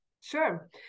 Sure